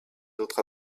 autres